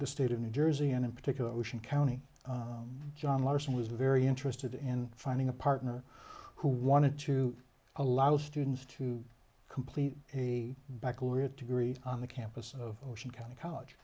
the state of new jersey and in particular ocean county john larson was very interested in finding a partner who wanted to allow students to complete a baccalaureate degree on the campus of ocean county college